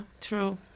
True